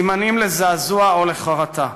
בסימנים לזעזוע או לחרטה.